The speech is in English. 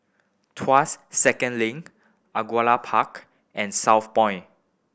Tuas Second Link Angullia Park and Southpoint